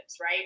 right